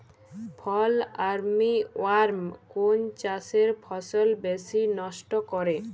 ফল armyworm কোন চাষের ফসল বেশি নষ্ট করে?